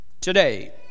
today